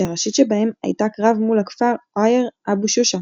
שהראשית שבהם הייתה קרב מול הכפר ע'ויר אבו שושא,